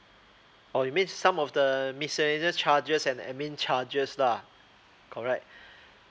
orh you means some of the miscellaneous charges and the admin charges lah correct